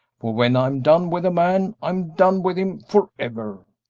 for when i'm done with a man, i'm done with him forever!